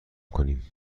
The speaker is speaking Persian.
کنیم